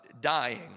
dying